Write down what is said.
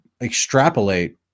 extrapolate